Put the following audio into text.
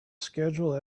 schedule